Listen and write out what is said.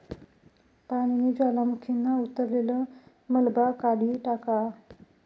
पानीनी ज्वालामुखीना उतरलेल मलबा काढी टाका